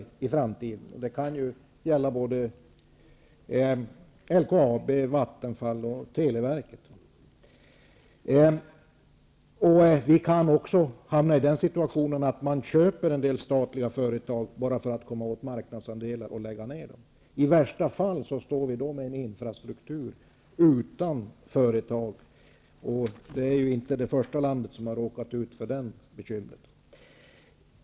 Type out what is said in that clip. Det kan gälla LKAB, och det kan gälla Vattenfall och Televerket. Vi kan också hamna i den situationen att de som köper statliga företag gör det bara för att komma åt marknadsandelar och att de sedan lägger ner företagen. I värsta fall står vi då med en infrastruktur men utan företag. Sverige är i så fall inte det första landet som har råkat ut för det bekymret.